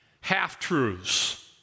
Half-truths